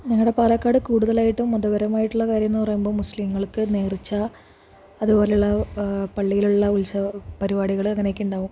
ഞങ്ങളുടെ പാലക്കാട് കൂടുതലായിട്ടും മതപരമായിട്ടുള്ള കാര്യമെന്നു പറയുമ്പോൾ മുസ്ലീമുകൾക്ക് നേർച്ച അതുപോലെയുള്ള പള്ളിയിലുള്ള ഉത്സവ പരിപാടികൾ അങ്ങനെയൊക്കെ ഉണ്ടാകും